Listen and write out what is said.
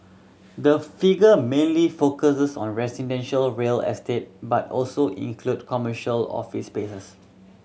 the figure mainly focuses on residential real estate but also include commercial office spaces